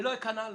לא אכנע לך.